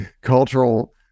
cultural